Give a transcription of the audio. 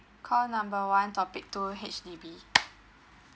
call number one topic two H_D_B